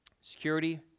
Security